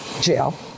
jail